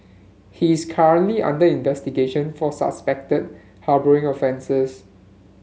he is currently under investigation for suspected harbouring offences